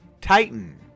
Titan